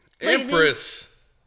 Empress